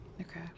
okay